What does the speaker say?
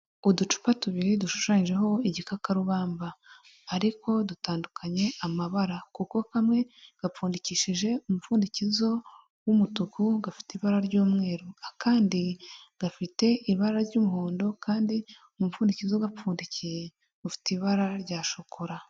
Uducupa tubiri dushushanyijeho igikakarubamba ariko dutandukanye amabara kuko kamwe gapfundikishije umupfundikizo w'umutuku gafite ibara ry'umweru, akandi gafite ibara ry'umuhondo kandi umupfundikizo ugapfundikiye ufite ibara rya shokora.